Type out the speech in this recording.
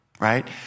right